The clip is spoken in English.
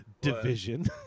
Division